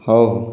ହେଉ